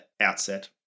outset